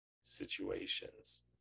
situations